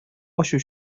ачу